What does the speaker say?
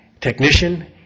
technician